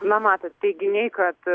na matot teiginiai kad